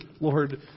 Lord